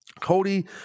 Cody